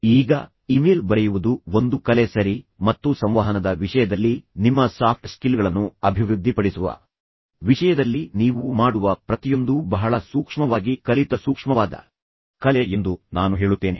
ಈಗ ಇಮೇಲ್ ಬರೆಯುವುದು ಒಂದು ಕಲೆ ಸರಿ ಮತ್ತು ಸಂವಹನದ ವಿಷಯದಲ್ಲಿ ನಿಮ್ಮ ಸಾಫ್ಟ್ ಸ್ಕಿಲ್ಗಳನ್ನು ಅಭಿವೃದ್ಧಿಪಡಿಸುವ ವಿಷಯದಲ್ಲಿ ನೀವು ಮಾಡುವ ಪ್ರತಿಯೊಂದೂ ಬಹಳ ಸೂಕ್ಷ್ಮವಾಗಿ ಕಲಿತ ಸೂಕ್ಷ್ಮವಾದ ಕಲೆ ಎಂದು ನಾನು ಹೇಳುತ್ತೇನೆ